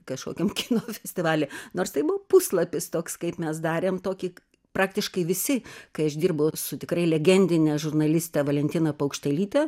kažkokiam kino festivaly nors tai buvo puslapis toks kaip mes darėm tokį praktiškai visi kai aš dirbau su tikrai legendine žurnaliste valentina paukštelyte